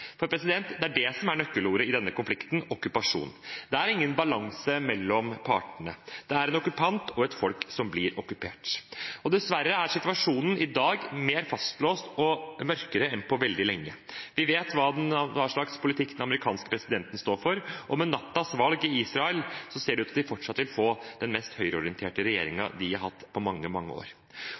Det er ingen balanse mellom partene. Det er en okkupant og et folk som blir okkupert. Dessverre er situasjonen i dag mer fastlåst og mørkere enn på veldig lenge. Vi vet hva slags politikk den amerikanske presidenten står for, og med nattens valg i Israel ser det ut til at de fortsatt vil ha den mest høyreorienterte regjeringen de har hatt på mange, mange år.